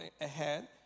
ahead